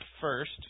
first